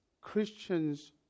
Christians